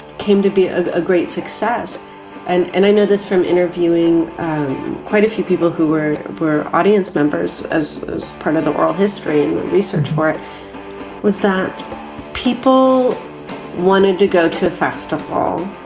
came to be ah a great success and and i know this from interviewing quite a few people who were were audience members as as part of the oral history research. it was that people wanted to go to the festival.